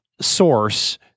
source